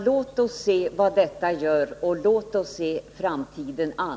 Låt oss se vad vi nu kan göra, och låt oss se framtiden an.